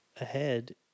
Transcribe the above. ahead